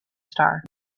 star